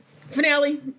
Finale